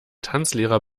tanzlehrer